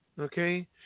Okay